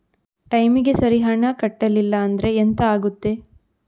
ಟೈಮಿಗೆ ಸರಿ ಹಣ ಕಟ್ಟಲಿಲ್ಲ ಅಂದ್ರೆ ಎಂಥ ಆಗುತ್ತೆ?